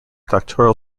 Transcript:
doctoral